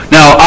Now